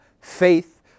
faith